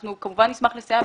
אנחנו כמובן נשמח לסייע.